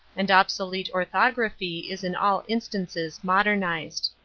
and obsolete orthography is in all instances modernized.